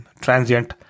transient